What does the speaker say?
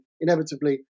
inevitably